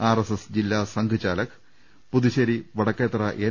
R S S ജില്ലാ സംഘ്ചാലക് Puthussery Vadakkethara N